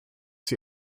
sie